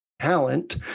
talent